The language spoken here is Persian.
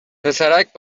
پسرک